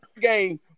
game